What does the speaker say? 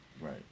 Right